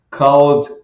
called